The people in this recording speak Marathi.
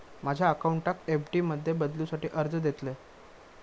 माझ्या अकाउंटाक एफ.डी मध्ये बदलुसाठी अर्ज देतलय